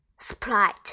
Sprite